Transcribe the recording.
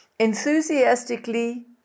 Enthusiastically